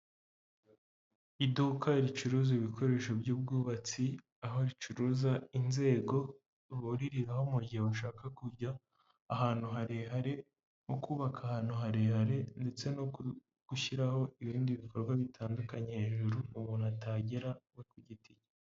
Iduka ricuruza ibikoresho by'ubwubatsi, aho ricuruza inzego buririraho mu gihe bashaka kujya ahantu harehare, kubaka ahantu harehare ndetse no gushyiraho ibindi bikorwa bitandukanye hejuru umuntu atagera ubwe ku giti cye.